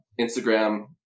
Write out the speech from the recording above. Instagram